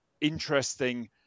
interesting